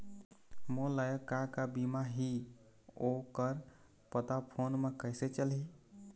मोर लायक का का बीमा ही ओ कर पता फ़ोन म कइसे चलही?